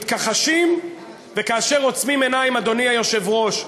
מתכחשים, וכאשר עוצמים עיניים, אדוני היושב-ראש,